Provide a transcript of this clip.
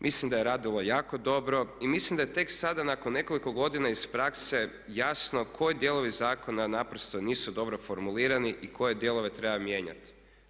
Mislim da je radilo jako dobro i mislim da je tek sada nakon nekoliko godina iz prakse jasno koji dijelovi zakona naprosto nisu dobro formulirani i koje dijelove treba mijenjati.